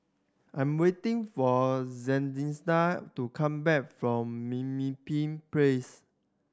I'm waiting for Celestia to come back from Mimpin Place